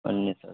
انیس ہزار